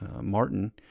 Martin